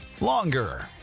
longer